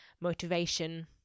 motivation